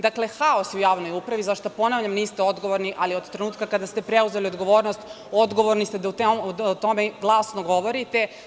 Dakle, haos je u javnoj upravi, a za šta, ponavljam, niste odgovorni, ali od trenutka kada ste preuzeli odgovornost, odgovorni ste da o tome glasno govorite.